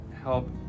help